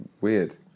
weird